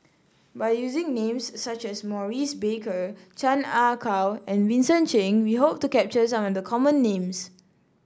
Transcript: by using names such as Maurice Baker Chan Ah Kow and Vincent Cheng we hope to capture some of the common names